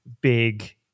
big